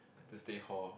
to stay hall